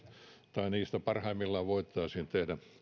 tai niistä parhaimmillaan voitaisiin tehdä